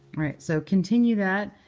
all right. so continue that.